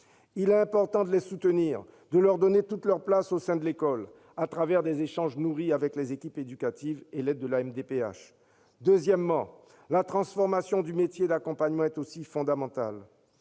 Il est important de les soutenir, de leur donner toute leur place au sein de l'école, à travers des échanges nourris avec les équipes éducatives et l'aide de la MDPH. Deuxièmement, la transformation du métier d'accompagnant est aussi fondamentale.